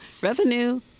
revenue